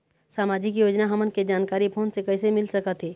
सामाजिक योजना हमन के जानकारी फोन से कइसे मिल सकत हे?